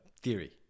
theory